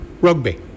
rugby